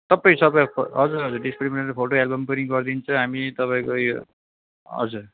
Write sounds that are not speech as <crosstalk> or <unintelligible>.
तपाईँ सबै हजुर हजुर <unintelligible> फोटो एल्बम पनि गरिदिन्छु हामी तपाईँको यो हजुर